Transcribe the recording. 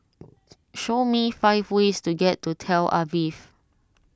show me five ways to get to Tel Aviv